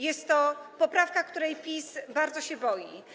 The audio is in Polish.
Jest to poprawka, której PiS bardzo się boi.